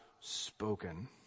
spoken